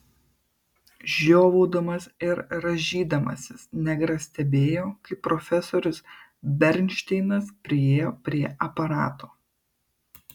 žiovaudamas ir rąžydamasis negras stebėjo kaip profesorius bernšteinas priėjo prie aparato